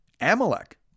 Amalek